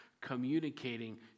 communicating